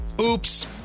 oops